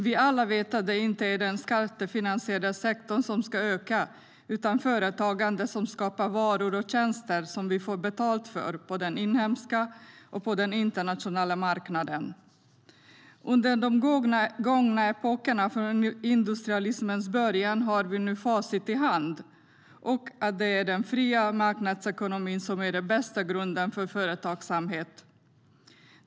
Vi vet alla att det inte är den skattefinansierade sektorn som ska öka utan företagandet, som skapar varor och tjänster vi får betalt för på den inhemska och den internationella marknaden. Från de gångna epokerna sedan industrialismens början har vi nu facit i hand: Det är den fria marknadsekonomin som är den bästa grunden för företagsamhet.